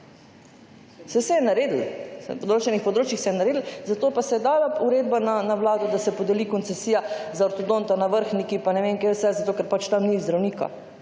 Saj se je naredilo, na določenih področjih se je naredilo, zato pa se je dala uredba na vlado, da se podeli koncesija za ortodonta na Vrhniki pa ne vem kje vse, zato ker pač tam ni zdravnika,